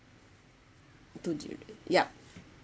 two yup